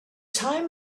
time